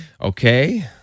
Okay